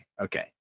Okay